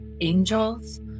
angels